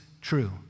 true